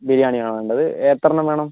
ബിരിയാണിയാണോ വേണ്ടത് എത്രെണ്ണം വേണം